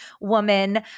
woman